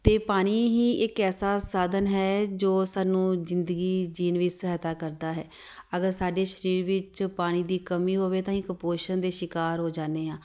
ਅਤੇ ਪਾਣੀ ਹੀ ਇੱਕ ਐਸਾ ਸਾਧਨ ਹੈ ਜੋ ਸਾਨੂੰ ਜ਼ਿੰਦਗੀ ਜੀਣ ਵਿੱਚ ਸਹਾਇਤਾ ਕਰਦਾ ਹੈ ਅਗਰ ਸਾਡੇ ਸਰੀਰ ਵਿੱਚ ਪਾਣੀ ਦੀ ਕਮੀ ਹੋਵੇ ਤਾਂ ਅਸੀਂ ਕੁਪੋਸ਼ਣ ਦੇ ਸ਼ਿਕਾਰ ਹੋ ਜਾਦੇ ਹਾਂ